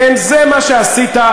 כן, זה מה שעשית.